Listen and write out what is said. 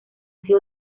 sido